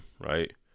right